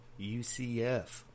UCF